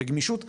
בגמישות,